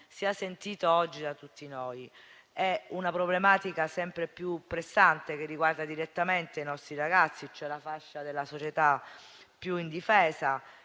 sia sentito oggi da tutti noi. È una problematica sempre più pressante che riguarda direttamente i nostri ragazzi, cioè la fascia della società più indifesa,